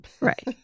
Right